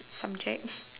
subject